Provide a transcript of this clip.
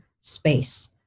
space